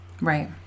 Right